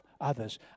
others